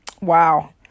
Wow